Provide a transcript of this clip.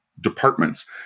departments